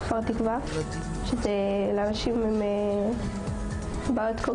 השיטה שבה נסמכים בכל שנה על כספים קואליציוניים היא שיטה מאוד בעייתית,